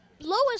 lowest